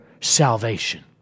salvation